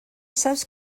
saps